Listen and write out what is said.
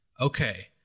Okay